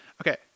Okay